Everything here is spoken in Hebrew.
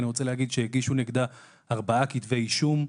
אני רוצה להגיד שהגישו נגדה ארבעה כתבי אישום,